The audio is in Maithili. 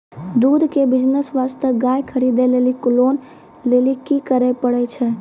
दूध के बिज़नेस वास्ते गाय खरीदे लेली लोन लेली की करे पड़ै छै?